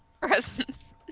presents